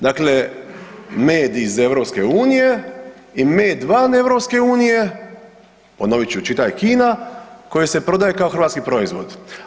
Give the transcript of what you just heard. Dakle, med iz EU i med van EU, ponovit ću čitaj Kina, koji se prodaje kao hrvatski proizvod.